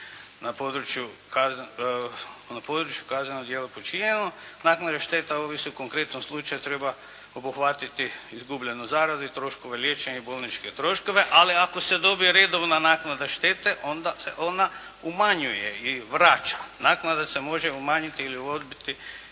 na području kaznenog djela počinjenog. Naknade šteta ovisi o konkretnom slučaju, treba obuhvatiti izgubljenu zaradu i troškove liječenja i bolničke troškove, ali ako se dobije redovna naknada štete, onda se ona umanjuje i vraća. Naknadno se može umanjiti ili odbiti